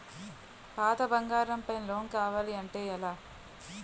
పాత బంగారం పై లోన్ కావాలి అంటే ఎలా?